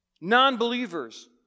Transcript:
non-believers